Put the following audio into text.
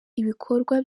ibikorwa